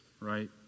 right